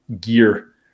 gear